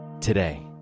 today